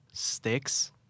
Sticks